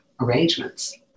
arrangements